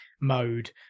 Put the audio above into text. mode